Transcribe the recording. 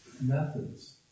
methods